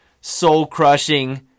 soul-crushing